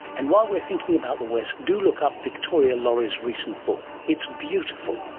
and while we're thinking about the west, do look up victoria laurie's recent book, it's beautiful,